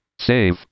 Save